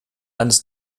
eines